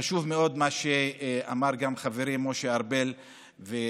חשוב מאוד מה שאמרו גם חברי משה ארבל וגם